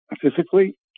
physically